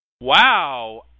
Wow